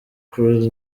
cruz